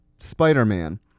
Spider-Man